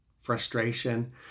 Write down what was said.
frustration